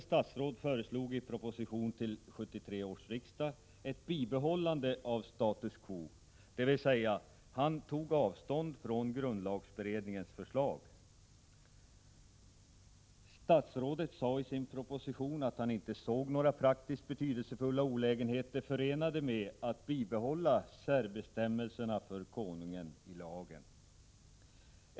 Statsrådet sade i sin proposition att han inte såg några praktiskt betydelsefulla olägenheter förenade med att bibehålla särbestämmelserna för konungenilagen.